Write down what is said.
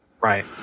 Right